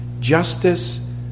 Justice